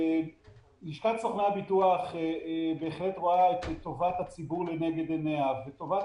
לשכת סוכני הביטוח בהחלט רואה את טובת הציבור לנגד עיניה וטובת